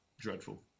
dreadful